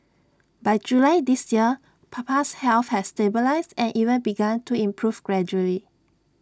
by July this year Papa's health had stabilised and even begun to improve gradually